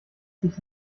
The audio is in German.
sich